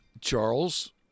Charles